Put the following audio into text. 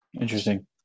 Interesting